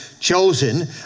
Chosen